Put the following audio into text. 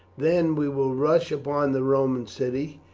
then we will rush upon the roman city,